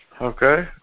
Okay